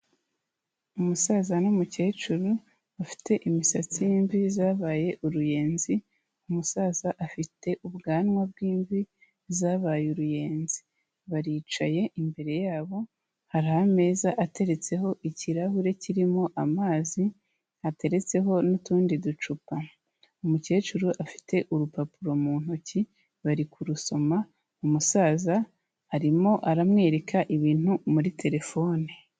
Umusaza n'umukecuru bafite imisatsi y'imvi zabaye uruyenzi, umusaza afite ubwanwa bw'imvi zabaye uruyenzi. Baricaye, imbere yabo hari ameza ateretseho ikirahure kirimo amazi, hateretseho n'utundi ducupa. Umukecuru afite urupapuro mu ntoki, bari kurusoma, umusaza arimo aramwereka ibintu muri terefone.